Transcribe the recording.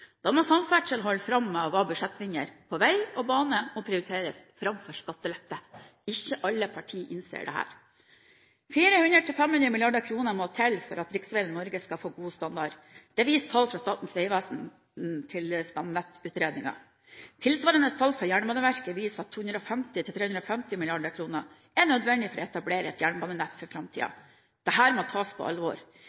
Da må samferdsel holde fram med å være budsjettvinner, og vei og bane må prioriteres framfor skattelette. Ikke alle partier innser dette. 400–500 mrd. kr må til for at riksveiene i Norge skal få god standard. Det viser tall fra Statens vegvesens stamnettutredning. Tilsvarende tall fra Jernbaneverket viser at 250–350 mrd. kr er nødvendig for å etablere et jernbanenett for